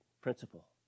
Principle